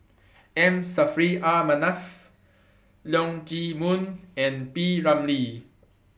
M Saffri A Manaf Leong Chee Mun and P Ramlee